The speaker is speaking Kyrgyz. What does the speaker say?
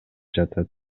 жатат